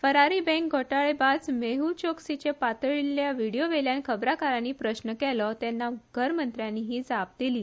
Ferrari bank घोटाळेबाज मेहल चोक्सीचे पातळिल्ल्यो व्हिडिओवेल्यान खबराकारानी प्रस्न केलो तेन्ना गृहमंत्र्यानी ही जाप दिली